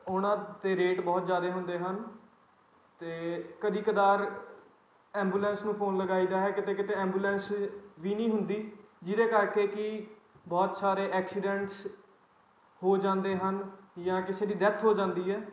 ਉਹਨਾਂ ਦੇ ਰੇਟ ਬਹੁਤ ਜ਼ਿਆਦਾ ਹੁੰਦੇ ਹਨ ਅਤੇ ਕਦੇ ਕਦਾਰ ਐਬੂਲੈਂਸ ਨੂੰ ਫੋਨ ਲਗਾਈਦਾ ਹੈ ਕਿਤੇ ਕਿਤੇ ਐਂਬੂਲੈਂਸ ਵੀ ਨਹੀਂ ਹੁੰਦੀ ਜਿਹਦੇ ਕਰਕੇ ਕਿ ਬਹੁਤ ਸਾਰੇ ਐਕਸੀਡੈਂਟਸ ਹੋ ਜਾਂਦੇ ਹਨ ਜਾਂ ਕਿਸੇ ਦੀ ਡੈਥ ਹੋ ਜਾਂਦੀ ਹੈ